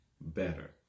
better